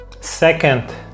second